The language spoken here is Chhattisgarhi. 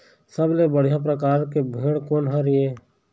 सबले बढ़िया परकार के भेड़ कोन हर ये?